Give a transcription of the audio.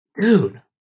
dude